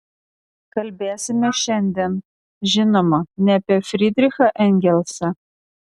kalbėsime šiandien žinoma ne apie frydrichą engelsą